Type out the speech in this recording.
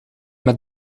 met